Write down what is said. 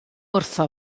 wrtho